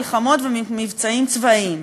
מלחמות ומבצעים צבאיים.